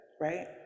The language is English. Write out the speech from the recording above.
Right